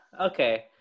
Okay